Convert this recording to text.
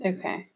Okay